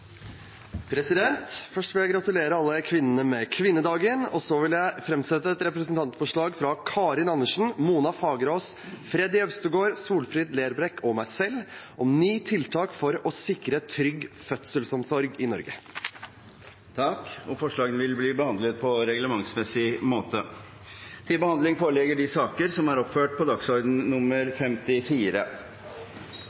jeg fremsette et representantforslag fra Karin Andersen, Mona Fagerås, Freddy André Øvstegård, Solfrid Lerbrekk og meg selv om ni tiltak for å sikre trygg fødselsomsorg i Norge. Forslagene vil bli behandlet på reglementsmessig måte.